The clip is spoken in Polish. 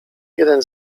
jeden